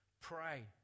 Pray